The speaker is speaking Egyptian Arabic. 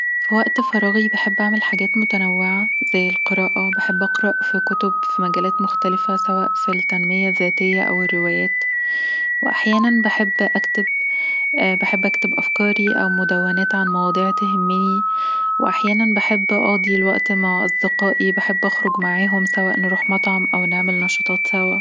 في وقت فراغي بحب أعمل حاجات متنوعه زي القراءة بحب اقرأ كتب في مجالات مختلفة، سواء في التنمية الذاتية أو الروايات، أحيانًا بحب أكتب، أكتب أفكاري أو مدونات عن مواضيع تهمني، وأحيانا بحب أقضي الوقت مع أصدقائي بحب أخرج معاهم سواء نروح مطعم او نعمل نشاطات سوا